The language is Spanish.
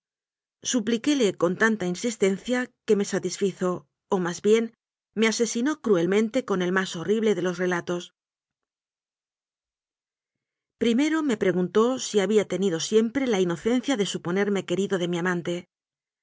supliquéle con tanta insistencia que me sa tisfizo o más bien me asesinó cruelmente con el más horrible de los relatos primero me preguntó si había tenido siempre la inocencia de suponerme querido de mi amante